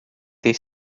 ter